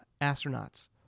astronauts